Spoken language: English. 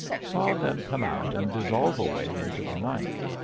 saw them come out and dissolve away into the night.